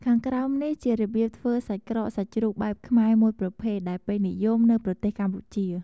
ខាងក្រោមនេះ ជារបៀបធ្វើសាច់ក្រកសាច់ជ្រូកបែបខ្មែរមួយប្រភេទ ដែលពេញនិយមនៅប្រទេសកម្ពុជា។